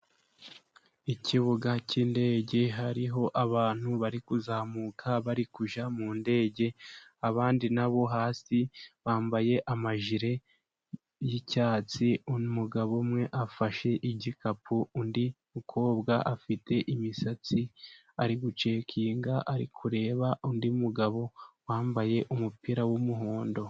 Ikibuga cy'indege hariho abantu bari kuzamuka bari kujya mu ndege. Abandi na bo hasi bambaye amajire y'icyatsi. Umugabo umwe afashe igikapu, undi mukobwa ufite imisatsi ari gucekinga. Ari kureba undi mugabo wambaye umupira w'umuhondo.